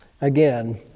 again